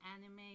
anime